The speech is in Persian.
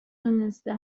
دونسته